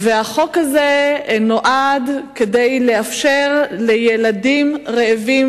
החוק הזה נועד לאפשר לילדים רעבים,